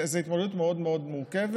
זה התמודדות מאוד מאוד מורכבת.